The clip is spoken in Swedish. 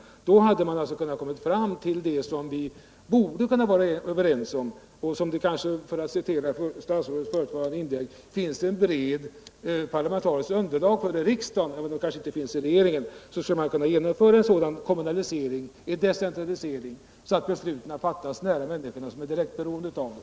Då hade man kanske kunnat komma fram till det som vi borde vara ense om. Eller, för att stödja mig på ett tidigare inlägg från statsrådet Birgit Friggebo, om det finns ett brett parlamentariskt underlag för det i riksdagen, även om det inte finns det inom regeringen, så skulle man kunna genomföra en decentralisering så att besluten fattades nära de människor som är direkt beroende av dem.